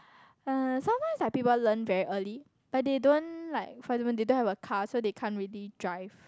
uh sometimes like people learn very early but they don't like for example they don't have a car so they can't really drive